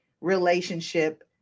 relationship